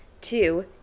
Two